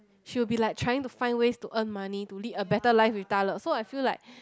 she will be like trying to find ways to earn money to lead a better life with Da-Le so I feel like